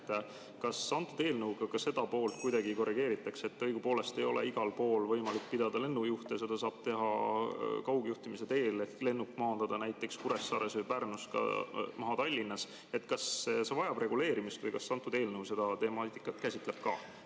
Kas eelnõuga ka seda poolt kuidagi korrigeeritakse, et õigupoolest ei ole igal pool võimalik pidada [tööl] lennujuhte, seda [tööd] saab teha kaugjuhtimise teel ehk lennuk maandada näiteks Kuressaares või Pärnus Tallinnast? Kas see vajab reguleerimist või kas eelnõu seda temaatikat käsitleb?